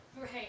Right